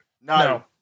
No